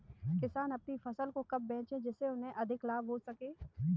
किसान अपनी फसल को कब बेचे जिसे उन्हें अधिक लाभ हो सके?